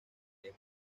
the